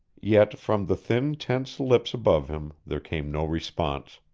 yet from the thin tense lips above him there came no response.